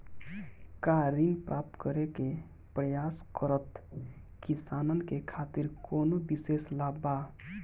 का ऋण प्राप्त करे के प्रयास करत किसानन के खातिर कोनो विशेष लाभ बा